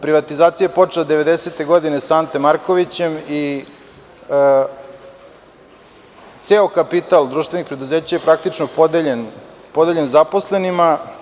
Privatizacija je počela 1990. godine sa Ante Markovićem i ceo kapital društvenih preduzeća je praktično podeljen zaposlenima.